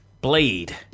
Blade